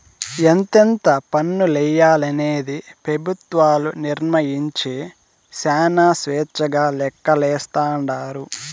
ఎంతెంత పన్నులెయ్యాలనేది పెబుత్వాలు నిర్మయించే శానా స్వేచ్చగా లెక్కలేస్తాండారు